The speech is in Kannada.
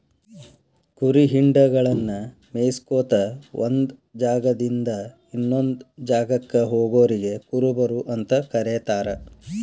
ಕುರಿ ಹಿಂಡಗಳನ್ನ ಮೇಯಿಸ್ಕೊತ ಒಂದ್ ಜಾಗದಿಂದ ಇನ್ನೊಂದ್ ಜಾಗಕ್ಕ ಹೋಗೋರಿಗೆ ಕುರುಬರು ಅಂತ ಕರೇತಾರ